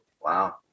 Wow